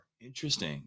Interesting